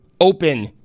open